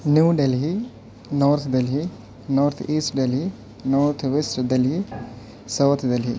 new Delhi North Delhi North East Delhi North West Delhi South Delhi